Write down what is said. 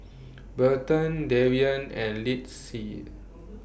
Burton Darrien and Lyndsey